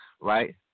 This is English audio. right